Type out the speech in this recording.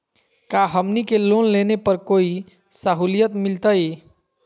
का हमनी के लोन लेने पर कोई साहुलियत मिलतइ?